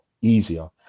easier